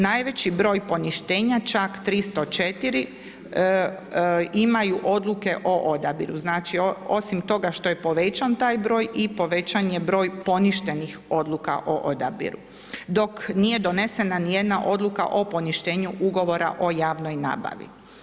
Najveći broj poništenja čak 304 imaju odluke o odabiru, znači osim toga što je povećan taj broj, i povećan je broj poništenih odluka o odabiru, dok nije donesena ni jedna odluka, o poništenju ugovora o javnoj nabavi.